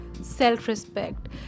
self-respect